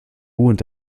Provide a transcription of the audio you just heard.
und